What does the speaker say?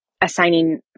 assigning